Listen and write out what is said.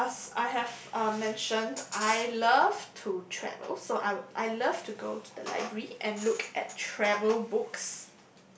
yes us I have um mentioned I love to travel so I would I love to go to the library and look at travel books